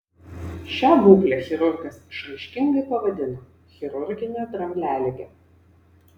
šią būklę chirurgas išraiškingai pavadino chirurgine dramblialige